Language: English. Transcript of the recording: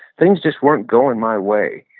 things just weren't going my way.